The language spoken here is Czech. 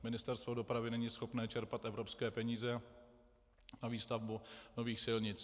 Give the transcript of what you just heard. Ministerstvo dopravy není schopné čerpat evropské peníze na výstavbu nových silnic.